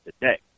today